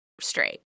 straight